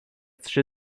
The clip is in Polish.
trzy